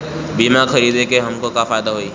बीमा खरीदे से हमके का फायदा होई?